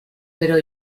pero